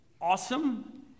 awesome